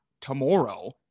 tomorrow